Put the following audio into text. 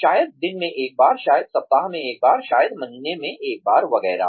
शायद दिन में एक बार शायद सप्ताह में एक बार शायद महीने में एक बार वगैरह